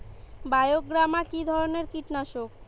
বায়োগ্রামা কিধরনের কীটনাশক?